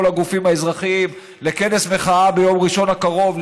הגופים האזרחיים לכנס מחאה ביום ראשון הקרוב,